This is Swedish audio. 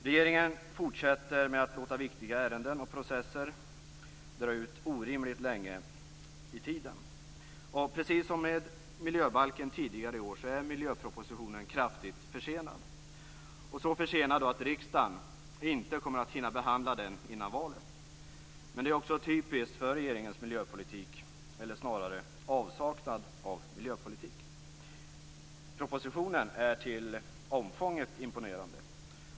Regeringen fortsätter att låta viktiga ärenden och processer dra ut orimligt länge i tiden. Och precis som med miljöbalken tidigare i år är miljöpropositionen kraftigt försenad. Den är så försenad att riksdagen inte kommer att hinna behandla den före valet. Men det är också typiskt för regeringens miljöpolitik, eller snarare avsaknad av miljöpolitik. Propositionen är till omfånget imponerande.